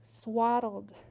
Swaddled